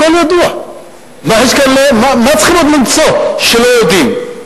הכול ידוע, מה צריך עוד למצוא שלא יודעים?